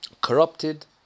corrupted